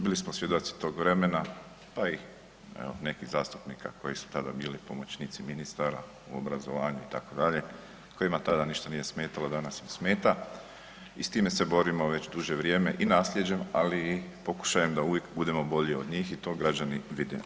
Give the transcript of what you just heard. Bili smo svjedoci tog vremena, pa i evo nekih zastupnika koji su tada bili pomoćnici ministara u obrazovanju itd., kojima tada ništa nije smetalo, danas im smeta i s time se borimo već duže vrijeme i nasljeđem, ali i pokušajem da uvijek budemo bolje od njih i to građani vide.